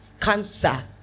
cancer